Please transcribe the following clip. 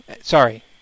Sorry